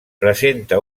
presenta